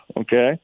okay